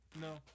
No